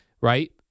right